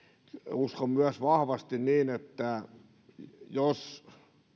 uskon myös vahvasti niin että jos